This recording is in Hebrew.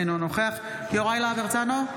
אינו נוכח יוראי להב הרצנו,